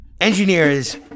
engineers